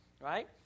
right